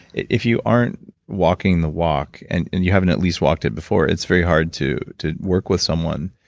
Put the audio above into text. if you aren't walking the walk and you haven't at least walked it before, it's very hard to to work with someone.